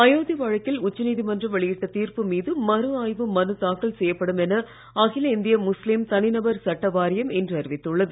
அயோத்தி வழக்கில் உச்ச நீதிமன்றம் வெளியிட்ட தீர்ப்பு மீது மறு ஆய்வு மனு தாக்கல் செய்யப்படும் என அகில இந்திய முஸ்லீம் தனிநபர் சட்ட வாரியம் இன்று அறிவித்துள்ளது